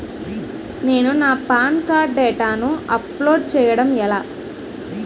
నేను నా PAN card డేటాను అప్లోడ్ చేయడం ఎలా?